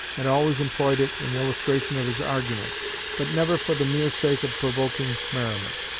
and always employed it in illustration of his argument but never for the mere sake of provoking merriment.